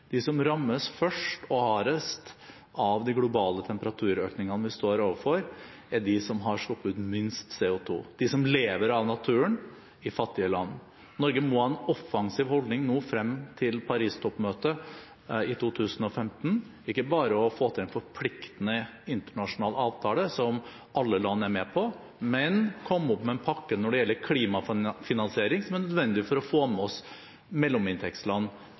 De som rammes først og hardest av de globale temperaturøkningene vi står overfor, er de som har sluppet ut minst CO2 – de som lever av naturen i fattige land. Norge må ha en offensiv holdning frem til Paris-toppmøtet i 2015 – ikke bare ved å få til en forpliktende internasjonal avtale som alle land er med på, men også ved å komme opp med en pakke når det gjelder klimafinansiering, som er nødvendig for å få med oss mellominntektsland